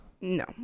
No